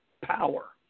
power